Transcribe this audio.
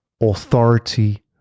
authority